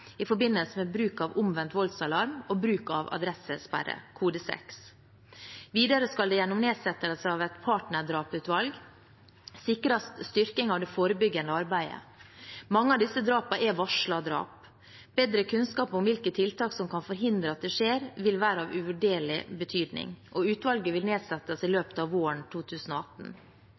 i forbindelse med bruk av omvendt voldsalarm og bruk av adressesperre – kode 6. Videre skal det gjennom nedsettelse av et partnerdraputvalg sikres styrking av det forebyggende arbeidet. Mange av disse drapene er varslede drap. Bedre kunnskap om hvilke tiltak som kan forhindre at det skjer, vil være av uvurderlig betydning, og utvalget vil nedsettes i løpet av våren 2018.